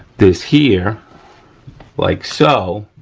this here like so,